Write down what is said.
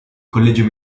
collegio